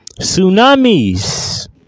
tsunamis